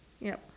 yep